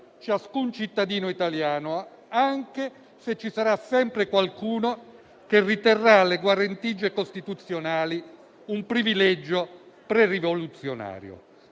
ciascun cittadino italiano, anche se ci sarà sempre qualcuno che riterrà le guarentigie costituzionali un privilegio prerivoluzionario.